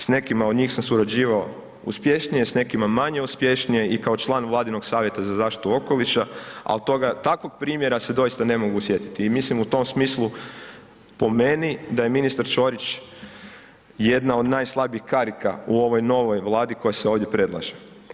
S nekima od njih sam surađivao uspješnije, s nekima manje uspješnije i kao član vladinog savjeta za zaštitu okoliša, al toga, takvog primjera se doista ne mogu sjetiti i mislim u tom smislu po meni da je ministar Ćorić jedna od najslabijih karika u ovoj novoj vladi koja se ovdje predlaže.